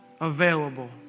available